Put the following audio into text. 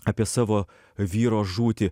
apie savo vyro žūtį